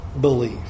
belief